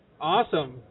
Awesome